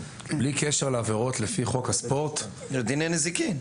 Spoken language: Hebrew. בלי קשר לעבירות לפי חוק הספורט --- יש דיני נזיקין.